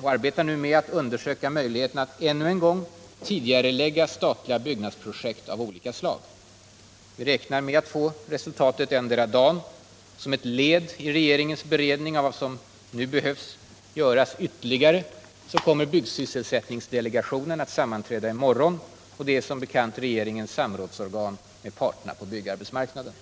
och arbetar med att undersöka möjligheterna att ännu en gång tidigarelägga statliga byggprojekt av olika slag. Vi räknar med att få resultatet endera dagen. Som ett led i regeringens beredning av vad som nu behöver göras ytterligare kommer byggsysselsättningsdelegationen att sammanträda i morgon. Delegationen är som bekant regeringens organ för samråd med parterna på byggarbetsmarknaden.